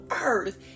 earth